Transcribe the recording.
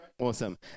Awesome